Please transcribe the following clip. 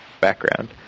background